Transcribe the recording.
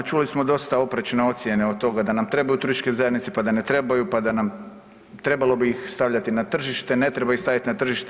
Čuli smo dosta oprečne ocijene od toga da nam trebaju turističke zajednice, pa da ne trebaju, pa da nam, trebalo bi ih stavljati na tržište, ne treba ih stavljati na tržište.